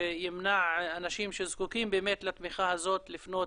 וימנע אנשים שזקוקים באמת לתמיכה הזאת לפנות